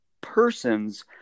person's